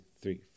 three